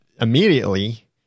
immediately